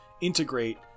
integrate